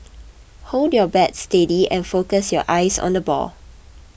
hold your bat steady and focus your eyes on the ball